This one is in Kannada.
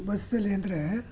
ಬಸ್ಸಲ್ಲಿ ಅಂದರೆ